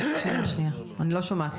לאומי.